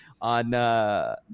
on